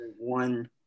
one